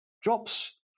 drops